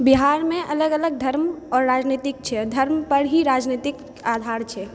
बिहारमे अलग अलग धर्म आओर राजनीति छै धर्म पर ही राजनीतिक आधार छै